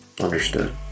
Understood